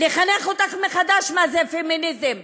לחנך אותך מחדש מה זה פמיניזם.